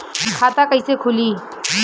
खाता कइसे खुली?